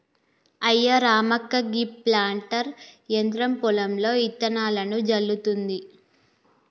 అయ్యా రామక్క గీ ప్లాంటర్ యంత్రం పొలంలో ఇత్తనాలను జల్లుతుంది